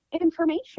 information